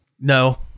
No